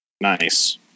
Nice